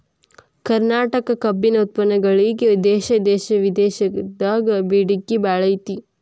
ಕರ್ನಾಟಕ ಕಬ್ಬಿನ ಉತ್ಪನ್ನಗಳಿಗೆ ದೇಶ ವಿದೇಶದಾಗ ಬೇಡಿಕೆ ಬಾಳೈತಿ